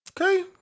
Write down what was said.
Okay